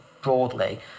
broadly